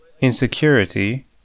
Insecurity